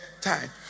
time